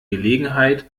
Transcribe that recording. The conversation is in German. gelegenheit